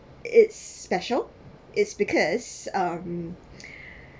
it's special it's because um